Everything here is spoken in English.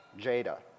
Jada